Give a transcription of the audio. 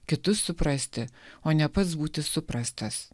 kitus suprasti o ne pats būti suprastas